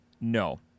No